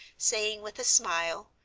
saying with a smile,